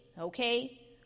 Okay